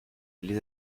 les